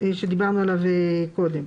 שדיברנו עליו קודם.